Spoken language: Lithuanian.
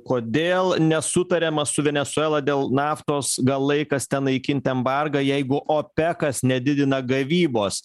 kodėl nesutariama su venesuela dėl naftos gal laikas ten naikinti embargą jeigu opekas nedidina gavybos